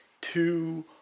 two